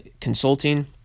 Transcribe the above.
consulting